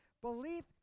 belief